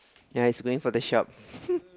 ya is going for the shop